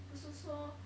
不是说